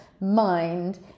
mind